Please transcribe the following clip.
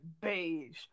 beige